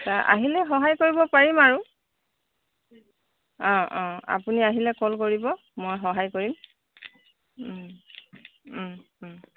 আহিলে সহায় কৰিব পাৰিম আৰু অঁ অঁ আপুনি আহিলে কল কৰিব মই সহায় কৰিম